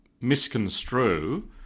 misconstrue